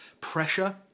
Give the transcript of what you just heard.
pressure